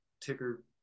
ticker